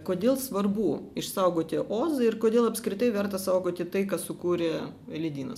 kodėl svarbu išsaugoti ozą ir kodėl apskritai verta saugoti tai ką sukūrė ledynas